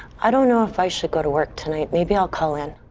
i don't know if i should go to work tonight. maybe i'll call in.